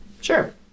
Sure